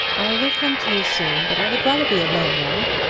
i will come to you soon, but i would rather be alone now.